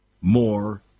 more